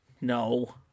No